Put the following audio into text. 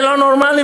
זה לא נורמלי,